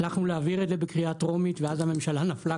הצלחנו להעביר את זה בקריאה טרומית ואז הממשלה נפלה,